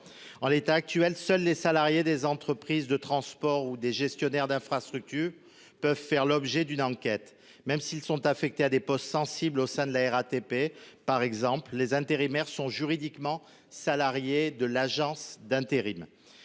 en l'état actuel, seuls les salariés des entreprises de transport ou des gestionnaires d'infrastructures peuvent faire l'objet d'une enquête, même s'ils sont affectés à des postes sensibles au sein de la RATP par exemple les intérimaires sont juridiquement salariée de l'agence d'intérim.